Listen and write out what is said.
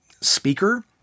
speaker